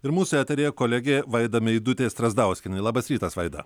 ir mūsų eteryje kolegė vaida meidutė strazdauskienė labas rytas vaida